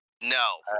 No